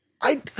I-